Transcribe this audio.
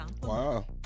Wow